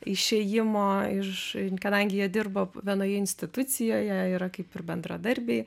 išėjimo iš kadangi jie dirbo vienoje institucijoje yra kaip ir bendradarbiai